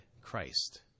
Christ